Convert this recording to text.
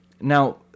now